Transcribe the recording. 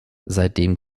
seitdem